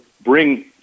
bring